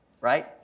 right